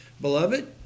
Beloved